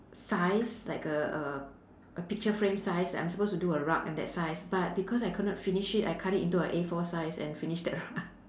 size like a a a picture frame size that I'm supposed to do a rug in that size but because I could not finish it I cut it into a A four size and finished that rug